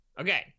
Okay